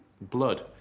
blood